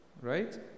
right